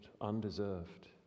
undeserved